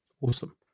awesome